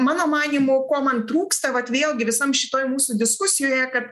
mano manymu ko man trūksta vat vėlgi visam šitoj mūsų diskusijoje kad